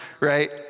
right